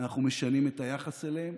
אנחנו משנים את היחס אליהם,